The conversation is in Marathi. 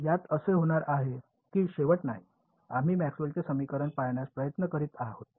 यात असे होणार आहे की शेवट नाही आम्ही मॅक्सवेलचे समीकरण पाळण्याचा प्रयत्न करीत आहोत